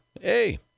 hey